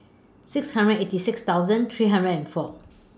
six hundred eighty six thousand three hundred and four